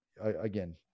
again